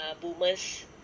boomers